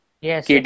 Yes